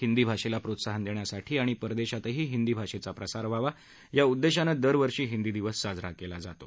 हिंदी भाषेला प्रोत्साहन देण्यासाठी आणि परदेशातही हिंदी भाषेचा प्रसार व्हावा या उद्देशानं दरवर्षी हिंदी दिवस साजरा केला जातो